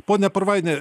pone purvaini